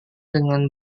dengan